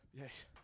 Yes